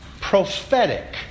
prophetic